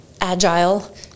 agile